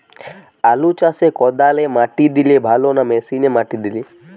আলু চাষে কদালে মাটি দিলে ভালো না মেশিনে মাটি দিলে?